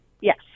Yes